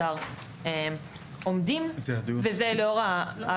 וזה לאור הסוגיה של מה שהזכירו,